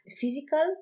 physical